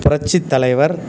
புரட்சித் தலைவர்